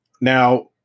Now